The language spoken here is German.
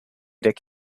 dieser